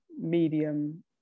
medium